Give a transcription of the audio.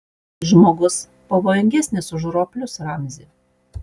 žmogus pavojingesnis už roplius ramzi